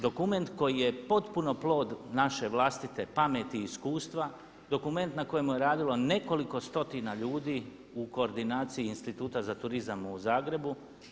Dokument koji je potpuno plod naše vlastite pameti i iskustva, dokument na kojemu je radilo nekoliko stotina ljudi u koordinaciji Instituta za turizam u Zagrebu.